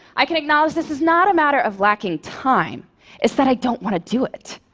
i can acknowledge this is not a matter of lacking time it's that i don't want to do it.